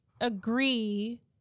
agree